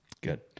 Good